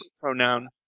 pronoun